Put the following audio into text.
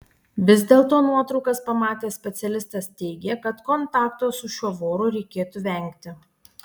vis dėlto nuotraukas pamatęs specialistas teigė kad kontakto su šiuo voru reikėtų vengti